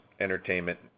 entertainment